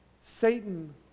Satan